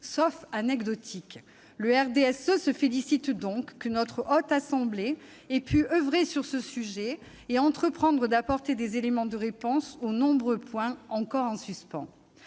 sauf anecdotique. Le groupe du RDSE se félicite donc que la Haute Assemblée ait pu oeuvrer sur ce sujet et entreprendre d'apporter des éléments de réponse aux nombreux points encore en suspens.